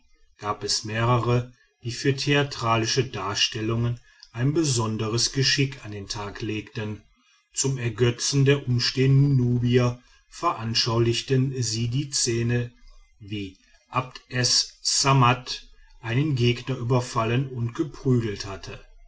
gab es mehrere die für theatralische darstellungen ein besonderes geschick an den tag legten zum ergötzen der umstehenden nubier veranschaulichten sie die szene wie abd es ssammat einen gegner überfallen und geprügelt hatte